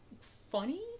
funny